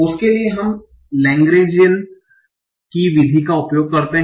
उसके लिए हम लैग्रेन्जिन की विधि का उपयोग करते हैं